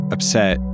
Upset